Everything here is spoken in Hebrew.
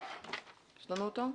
יש לנו אותו?